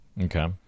Okay